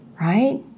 Right